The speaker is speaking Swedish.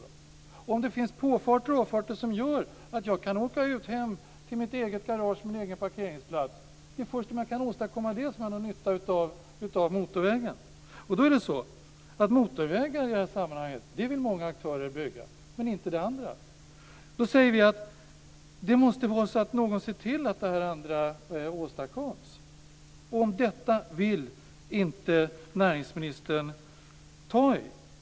Det är först om man kan åstadkomma påfarter och avfarter som gör att jag kan åka hem till mitt eget garage eller min egen parkeringsplats som jag har någon nytta av motorvägen. I det här sammanhanget är det många aktörer som vill bygga motorvägar, men de vill inte bygga det andra. Då säger vi att det måste vara någon som ser till att det här andra åstadkoms. Detta vill inte näringsministern ta i.